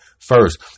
first